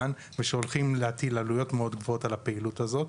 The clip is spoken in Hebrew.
כשהולכים להטיל עלויות מאוד גבוהות על הפעילות הזו,